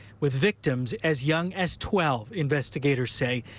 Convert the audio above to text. with victims as young as twelve, investigators say.